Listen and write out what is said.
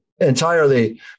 entirely